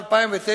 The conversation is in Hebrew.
2009,